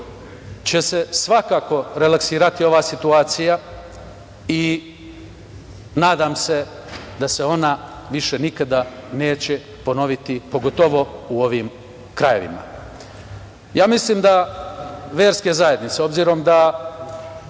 će se svakako relaksirati ova situacija i nadam se da se ona više nekada neće ponoviti pogotovo u ovim krajevima. Mislim da verske zajednice, obzirom da